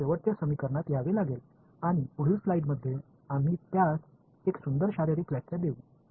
இந்த இறுதி சமன்பாட்டிற்கு நாம் இங்கே வர வேண்டும் அடுத்தடுத்த ஸ்லைடுகளில் நாம் அதற்கு மிக அழகான பிஸிக்கல்விளக்கத்தை அளிப்போம்